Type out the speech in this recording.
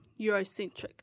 Eurocentric